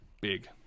big